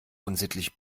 unsittlich